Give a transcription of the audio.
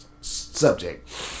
subject